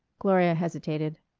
gloria hesitated.